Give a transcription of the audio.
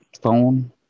phone